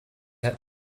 had